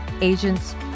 agents